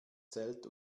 zelt